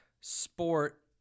sport